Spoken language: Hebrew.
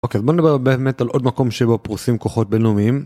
אוקיי אז בוא נדבר באמת על עוד מקום שבו פרוסים כוחות בינלאומיים